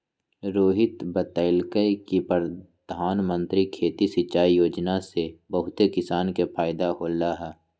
रोहित बतलकई कि परधानमंत्री खेती सिंचाई योजना से बहुते किसान के फायदा होलई ह